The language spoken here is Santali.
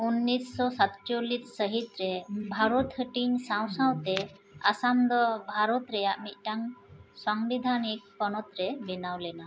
ᱩᱱᱤᱥᱥᱚ ᱥᱟᱛᱪᱚᱞᱞᱤᱥ ᱥᱟᱹᱦᱤᱛ ᱨᱮ ᱵᱷᱟᱨᱚᱛ ᱦᱟᱹᱴᱤᱧ ᱥᱟᱶ ᱥᱟᱶᱛᱮ ᱟᱥᱟᱢ ᱫᱚ ᱵᱷᱟᱨᱚᱛ ᱨᱮᱭᱟᱜ ᱢᱤᱫᱴᱟᱝ ᱥᱟᱝᱵᱤᱫᱷᱟᱱᱤᱠ ᱯᱚᱱᱚᱛ ᱨᱮ ᱵᱮᱱᱟᱣ ᱞᱮᱱᱟ